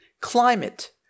climate